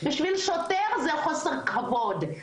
בשביל שוטר זה חוסר כבוד,